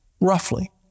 roughly